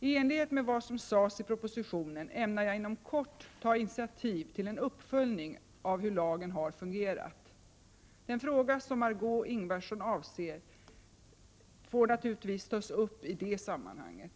I enlighet med vad som sades i propositionen ämnar jag inom kort ta initiativ till en uppföljning av hur lagen har fungerat. Den fråga som Margö Ingvardsson avser får naturligtvis tas upp i det sammanhanget.